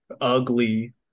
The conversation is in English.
ugly